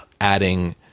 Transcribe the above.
adding